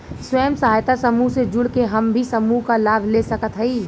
स्वयं सहायता समूह से जुड़ के हम भी समूह क लाभ ले सकत हई?